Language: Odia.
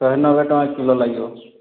ଶହେ ନବେ ଟଙ୍କା କିଲୋ ଲାଗିବ